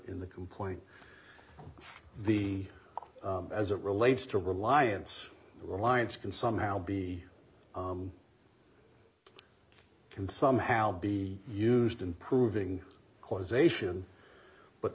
in the complaint the as it relates to reliance reliance can somehow be can somehow be used in proving causation but